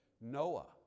Noah